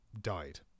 died